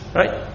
right